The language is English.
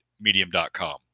medium.com